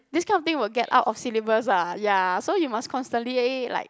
this kind of thing will get out of syllabus ah ya so you must constantly like